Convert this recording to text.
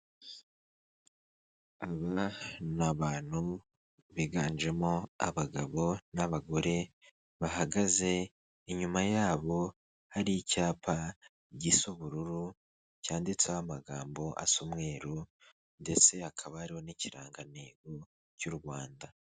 Aba ni abantu biganjemo abagabo n'abagore bahagaze inyuma yabo hari icyapa gisa ubururu cyanditseho amagambo asa umweru ndetse hakaba hariho n'ikirangantego cy'u Rwanda.